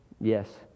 yes